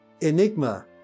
Enigma